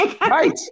Right